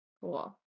Cool